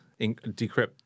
decrypt